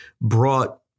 brought